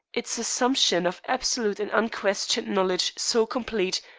its assumption of absolute and unquestioned knowledge so complete,